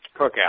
cookout